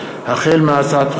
אני מבקש שתשב.